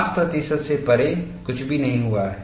5 प्रतिशत से परे कुछ भी नहीं हुआ है